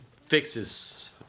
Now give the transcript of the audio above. fixes